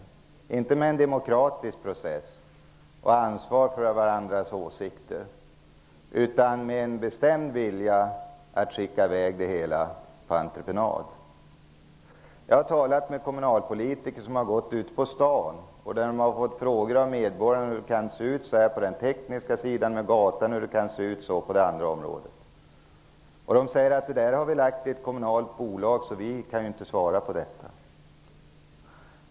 Det har inte gjorts i en demokratisk process och med ansvar för varandras åsikter, utan med en bestämd vilja att skicka i väg det hela på entreprenad. Jag har talat med kommunalpolitiker som har gått ute på stan. De har fått frågor av medborgarna om hur det kan se ut som det gör på den tekniska sidan, t.ex. med gatorna, och på det andra området. Politikerna säger: Det har vi lagt i ett kommunalt bolag, så det kan vi inte svara på.